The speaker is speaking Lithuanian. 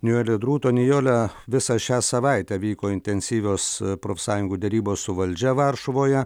nijolė drūto nijole visą šią savaitę vyko intensyvios profsąjungų derybos su valdžia varšuvoje